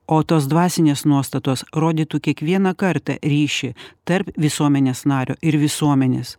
o tos dvasinės nuostatos rodytų kiekvieną kartą ryšį tarp visuomenės nario ir visuomenės